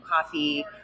coffee